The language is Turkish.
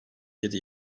yedi